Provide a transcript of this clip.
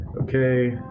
Okay